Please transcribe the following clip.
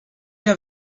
der